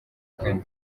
kane